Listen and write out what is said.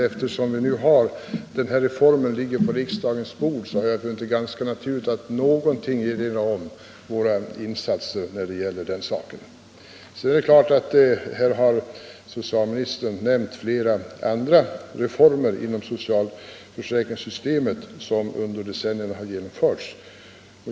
Eftersom den här reformen nu ligger på riksdagens bord, har jag funnit det ganska naturligt att något erinra om våra insatser när det gäller den saken. Socialministern nämnde flera andra reformer inom socialförsäkringssystemet som under decennierna har genomförts.